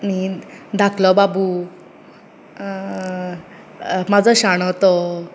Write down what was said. धाकलो बाबू अ आ म्हाजो शाणो तो